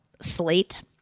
Slate